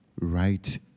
Right